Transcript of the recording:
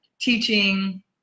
teaching